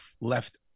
left